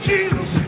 Jesus